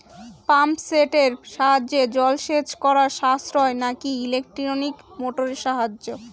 Pump সেটের সাহায্যে জলসেচ করা সাশ্রয় নাকি ইলেকট্রনিক মোটরের সাহায্যে?